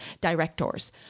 directors